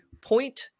point